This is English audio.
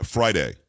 Friday